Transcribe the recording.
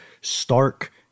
stark